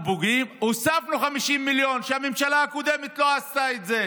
הוספנו 50 מיליון, שהממשלה הקודמת לא עשתה את זה.